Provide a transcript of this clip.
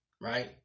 right